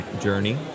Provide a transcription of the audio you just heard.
journey